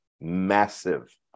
massive